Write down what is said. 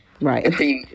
right